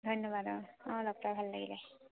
ধন্যবাদ অঁ অঁ লগ পাই ভাল লাগিলে